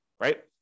right